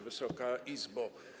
Wysoka Izbo!